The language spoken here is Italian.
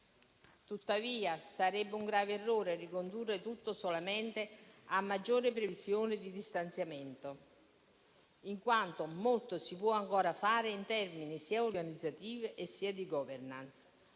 Tuttavia, sarebbe un grave errore ricondurre tutto solamente a previsioni di stanziamenti maggiori, in quanto molto si può ancora fare in termini sia organizzativi sia di *governance*.